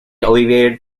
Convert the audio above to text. alleviated